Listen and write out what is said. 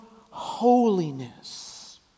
holiness